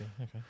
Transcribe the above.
Okay